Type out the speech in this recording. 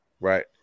Right